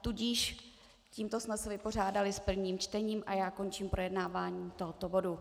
Tudíž tímto jsme se vypořádali s prvním čtením a já končím projednávání tohoto bodu.